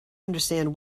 understand